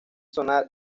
sonar